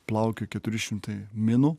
plaukioja keturi šimtai minų